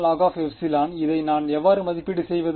εlog ε இதை நான் எவ்வாறு மதிப்பீடு செய்வது